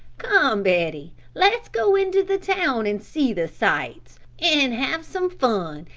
come betty, let's go into the town and see the sights and have some fun,